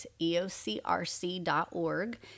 eocrc.org